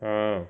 ah